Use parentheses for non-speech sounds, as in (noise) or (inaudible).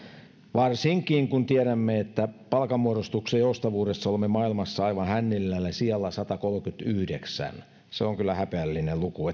varsinkin kun tiedämme että palkanmuodostuksen joustavuudessa olemme maailmassa aivan hännillä eli sijalla satakolmekymmentäyhdeksän se on kyllä häpeällinen luku (unintelligible)